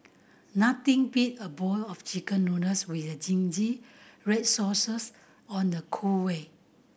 nothing beat a bowl of Chicken Noodles with zingy red sauces on a cold way